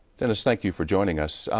dennis, thank you for join us.